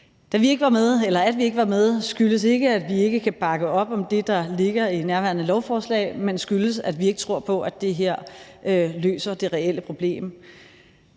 At vi ikke var med, skyldes ikke, at vi ikke kan bakke op om det, der ligger i nærværende lovforslag, men skyldes, at vi ikke tror på, at det her løser det reelle problem.